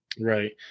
Right